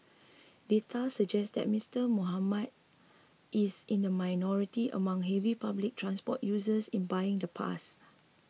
data suggest that Mister Muhammad is in the minority among heavy public transport users in buying the pass